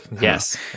yes